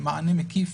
מענה מקיף